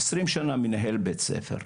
אני הייתי עשרים שנה מנהל בית ספר,